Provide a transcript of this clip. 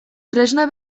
tresna